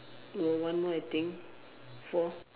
got one more I think four